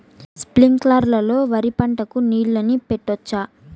స్ప్రింక్లర్లు లో వరి పంటకు నీళ్ళని పెట్టొచ్చా?